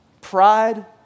Pride